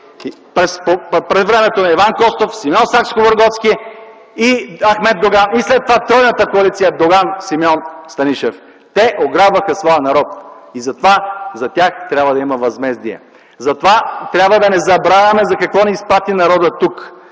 през времето на Иван Костов, Симеон Сакскобургготски, Ахмед Доган и след това тройната коалиция Доган – Симеон – Станишев. Те ограбваха своя народ и затова за тях трябва да има възмездие. Затова трябва да не забравяме за какво ни изпрати народът тук,